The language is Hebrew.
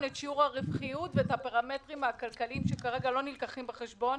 את שיעור הרווחיות ואת הפרמטרים הכלכליים שכרגע לא נלקחים בחשבון.